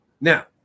Now